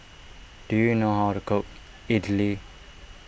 do you know how to cook Idili